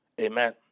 Amen